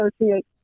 associate